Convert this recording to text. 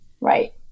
Right